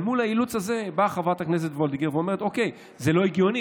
אל מול האילוץ הזה באה חברת הכנסת וולדיגר ואומרת: זה לא הגיוני.